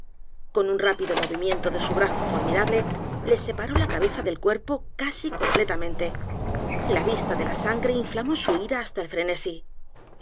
con un rápido movimiento de su brazo formidable le separó la cabeza del cuerpo casi completamente la vista de la s a n g r e inflamó su ira hasta el frenesí